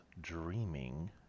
dreaming